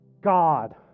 God